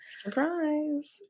surprise